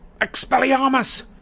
Expelliarmus